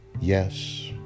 Yes